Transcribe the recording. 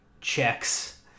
checks